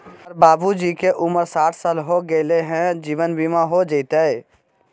हमर बाबूजी के उमर साठ साल हो गैलई ह, जीवन बीमा हो जैतई?